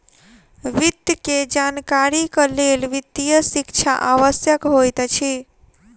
वित्त के जानकारीक लेल वित्तीय शिक्षा आवश्यक होइत अछि